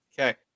okay